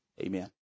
Amen